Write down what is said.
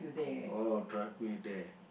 oh drive me there